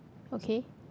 okay